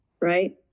right